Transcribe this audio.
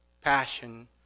passion